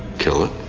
kill it.